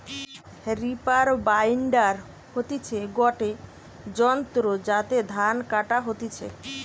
reaper binder হতিছে গটে যন্ত্র যাতে ধান কাটা হতিছে